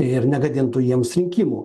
ir negadintų jiems rinkimų